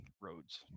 roads